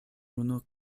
unu